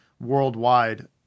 worldwide